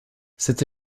cette